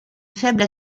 faible